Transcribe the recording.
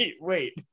wait